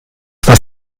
was